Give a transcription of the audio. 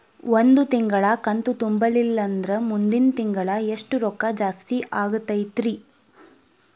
ಒಂದು ತಿಂಗಳಾ ಕಂತು ತುಂಬಲಿಲ್ಲಂದ್ರ ಮುಂದಿನ ತಿಂಗಳಾ ಎಷ್ಟ ರೊಕ್ಕ ಜಾಸ್ತಿ ಆಗತೈತ್ರಿ?